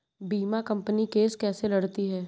बीमा company case कैसे लड़ती है?